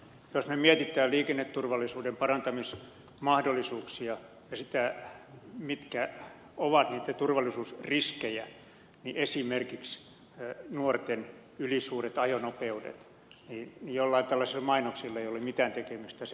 jos me mietimme liikenneturvallisuuden parantamismahdollisuuksia ja sitä mitkä ovat niitä turvallisuusriskejä niin niitä ovat esimerkiksi nuorten ylisuuret ajonopeudet ja joillain tällaisilla mainoksilla ei ole mitään tekemistä sen asian kanssa